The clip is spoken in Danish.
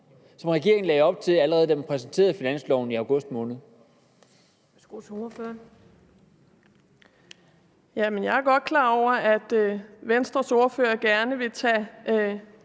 som regeringen lagde op til, allerede da man præsenterede finansloven i august måned?